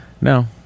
No